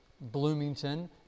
Bloomington